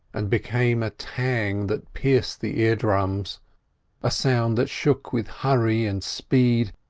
and became a tang that pierced the ear-drums a sound that shook with hurry and speed,